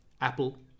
Apple